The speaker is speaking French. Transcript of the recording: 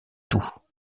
tout